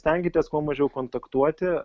stenkitės kuo mažiau kontaktuoti